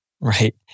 right